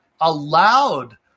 allowed